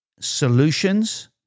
solutions